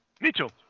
Mitchell